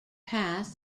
path